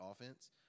offense